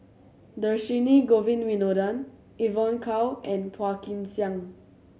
Dhershini Govin Winodan Evon Kow and Phua Kin Siang